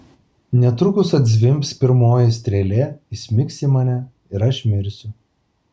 netrukus atzvimbs pirmoji strėlė įsmigs į mane ir aš mirsiu